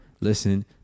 listen